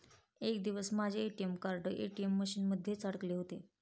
एक दिवशी माझे ए.टी.एम कार्ड ए.टी.एम मशीन मध्येच अडकले होते